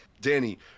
Danny